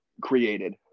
created